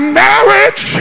marriage